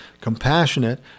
compassionate